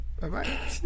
Bye-bye